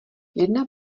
jedna